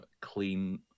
clean